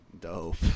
Dope